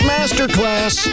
Masterclass